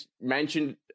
mentioned